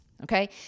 Okay